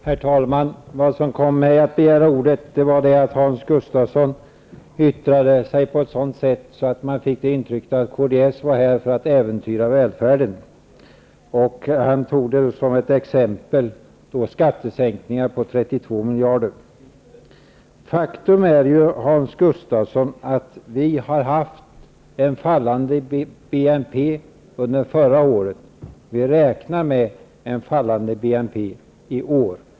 Herr talman! Jag begärde ordet eftersom Hans Gustafsson yttrade sig på ett sådant sätt att man fick intrycket att kds var här för att äventyra välfärden. Som ett exempel tog han skattesänkningar på 32 Faktum är, Hans Gustafsson, att vi har haft en fallande BNP under förra året. Vi räknar också med en fallande BNP i år.